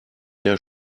der